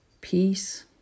peace